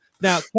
Now